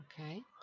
Okay